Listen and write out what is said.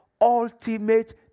ultimate